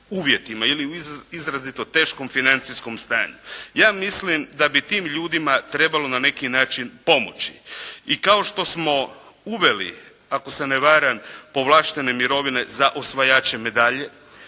ili u izrazito teškom financijskom stanju. Ja mislim da bi tim ljudima trebalo na neki način pomoći. I kao što smo uveli, ako se ne varam, povlaštene mirovine za osvajače medalja